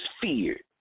feared